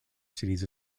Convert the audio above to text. cities